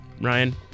Ryan